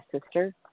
sister